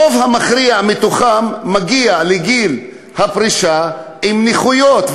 הרוב המכריע מהם מגיעים לגיל הפרישה עם נכויות,